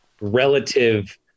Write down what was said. relative